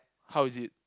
how is it